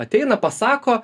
ateina pasako